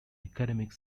academic